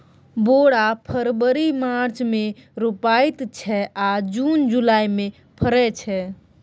बोरा फरबरी मार्च मे रोपाइत छै आ जुन जुलाई मे फरय छै